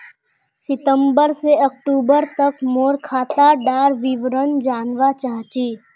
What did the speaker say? सितंबर से अक्टूबर तक मोर खाता डार विवरण जानवा चाहची?